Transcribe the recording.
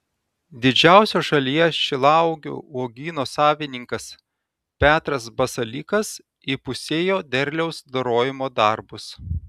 didžiausio šalyje šilauogių uogyno savininkas petras basalykas įpusėjo derliaus dorojimo darbus